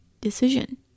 decision